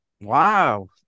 Wow